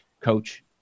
coach